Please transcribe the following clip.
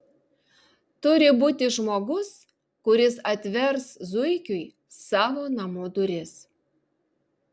turi būti žmogus kuris atvers zuikiui savo namų duris